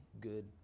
good